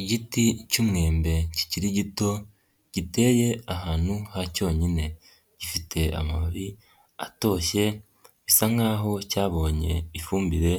Igiti cy'umwembe kikiri gito, giteye ahantu ha cyonyine, gifite amababi atoshye, bisa nkaho cyabonye ifumbire